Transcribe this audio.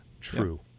true